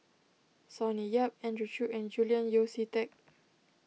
Sonny Yap Andrew Chew and Julian Yeo See Teck